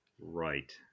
Right